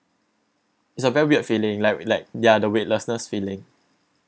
it's a very weird feeling like like ya the weightlessness feeling